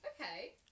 okay